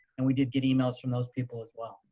and we did get emails from those people as well.